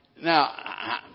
Now